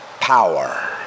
power